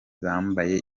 bambaye